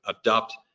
adopt